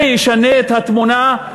זה ישנה את התמונה?